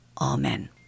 Amen